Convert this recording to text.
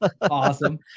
Awesome